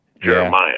Jeremiah